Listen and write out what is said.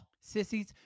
Sissies